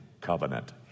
covenant